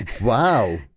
Wow